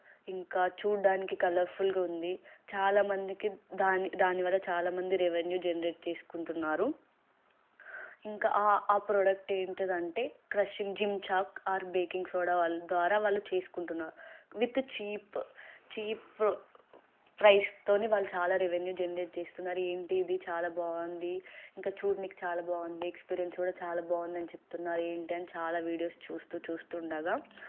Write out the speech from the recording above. ఇంకా చూడడానికి కలర్ఫుల్గా ఉంది చాలామందికి దాని దానివల్ల చాలామంది రెవెన్యూ జనరేట్ చేసుకుంటున్నారు ఇంకా ఆ ప్రోడక్ట్ ఏంటంటే crushing gym chalk or baking soda వాళ్ళు ద్వారా వాళ్ళు చేసుకుంటున్నారు విత్ చీప్ చీప్ ప్రైస్తో వాళ్ళు చాలా రెవెన్యూ జనరేట్ చేస్తున్నారు ఏంటిది చాలా బాగుంది ఇంకా చూడడానికి చాలా బాగుంది ఎక్స్పీరియన్స్ కూడా చాలా బాగుంది అని చెప్తున్నారు ఏంటి అని చెప్పి చాలా వీడియోస్ చూస్తు చూస్తు ఉండగా